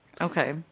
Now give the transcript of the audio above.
Okay